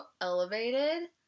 elevated